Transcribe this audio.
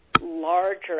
larger